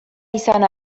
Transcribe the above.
izan